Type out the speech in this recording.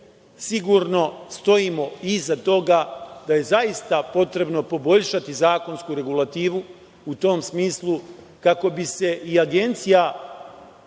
sigurno stojimo iza toga da je zaista potrebno poboljšati zakonsku regulativu u tom smislu kako bi se i Agencija